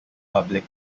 public